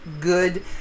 good